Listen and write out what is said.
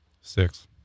Six